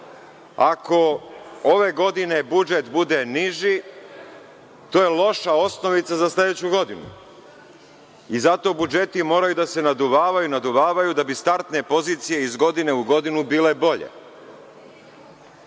ako ove godine budžet bude niži to je loša osnovica za sledeću godinu i zato budžeti moraju da se naduvavaju, naduvavaju, da bi startne pozicije iz godine u godinu bile bolje.